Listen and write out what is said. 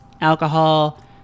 alcohol